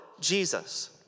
Jesus